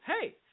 hey